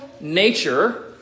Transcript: nature